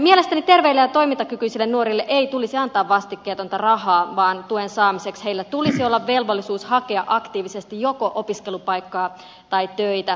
mielestäni terveille ja toimintakykyisille nuorille ei tulisi antaa vastikkeetonta rahaa vaan tuen saamiseksi heillä tulisi olla velvollisuus hakea aktiivisesti joko opiskelupaikkaa tai töitä